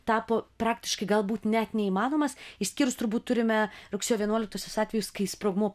tapo praktiškai galbūt net neįmanomas išskyrus turbūt turime rugsėjo vienuoliktosios atvejus kai sprogmuo